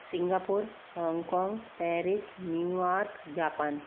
Singapore Hong Kong Paris New York Japan